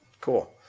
cool